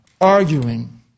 arguing